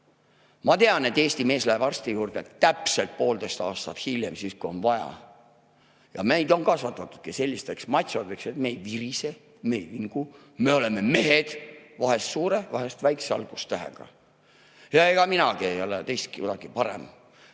Ma tean, et Eesti mees läheb arsti juurde täpselt poolteist aastat hiljem, kui oleks vaja. Meid on kasvatatudki sellisteks matšodeks, et me ei virise, me ei vingu, me oleme mehed, vahest suure, vahest väikese algustähega. Ega minagi ei ole teistest kuidagi parem.